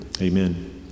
Amen